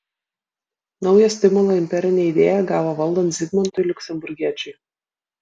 naują stimulą imperinė idėja gavo valdant zigmantui liuksemburgiečiui